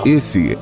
Esse